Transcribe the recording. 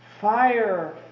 Fire